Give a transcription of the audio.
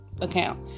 account